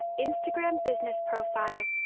instagram business profile,